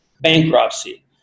bankruptcy